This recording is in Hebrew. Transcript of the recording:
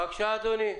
בבקשה, אדוני.